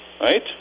right